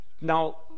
Now